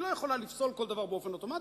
היא לא יכולה לפסול כל דבר באופן אוטומטי,